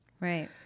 Right